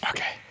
Okay